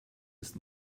ist